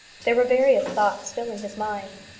there were various thoughts filling his mind.